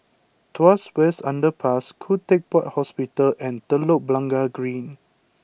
Tuas West Underpass Khoo Teck Puat Hospital and Telok Blangah Green